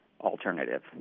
alternative